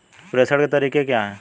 प्रेषण के तरीके क्या हैं?